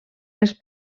les